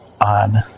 on